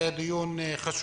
זה דיון חשוב,